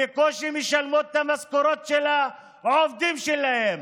בקושי משלמות את המשכורות של העובדים שלהם,